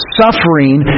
suffering